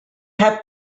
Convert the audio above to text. have